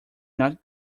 not